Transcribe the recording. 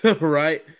right